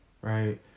right